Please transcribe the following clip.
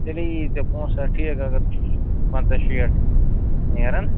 تیٚلے یی ژےٚ پونٛسہٕ اَتہ ٹھیٖک اگر پَنٛژاہ شیٹھ نیرَن